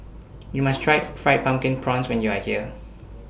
YOU must Try Fried Pumpkin Prawns when YOU Are here